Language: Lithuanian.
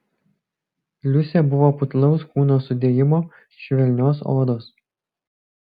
liusė buvo putlaus kūno sudėjimo švelnios odos